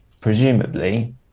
presumably